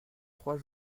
trois